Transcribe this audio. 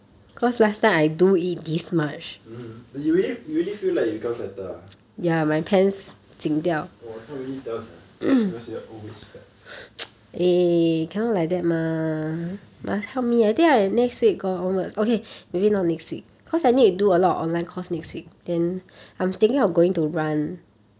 mmhmm you really you really feel like you become fatter ah !wah! I can't really tell sia because you are always fat